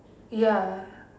ya